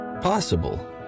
Possible